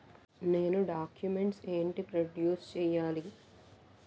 నేను డాక్యుమెంట్స్ ఏంటి ప్రొడ్యూస్ చెయ్యాలి?